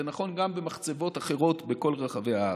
זה נכון גם במחצבות אחרות בכל רחבי הארץ.